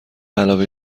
علاوه